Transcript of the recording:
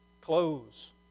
clothes